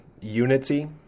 unity